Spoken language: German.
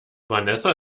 vanessa